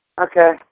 Okay